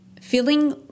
Feeling